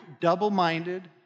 double-minded